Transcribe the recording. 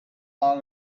long